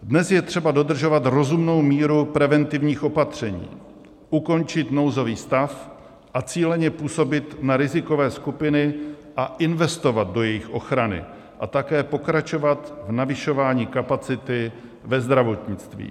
Dnes je třeba dodržovat rozumnou míru preventivních opatření, ukončit nouzový stav a cíleně působit na rizikové skupiny a investovat do jejich ochrany a také pokračovat v navyšování kapacity ve zdravotnictví.